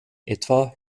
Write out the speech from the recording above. etwa